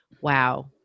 wow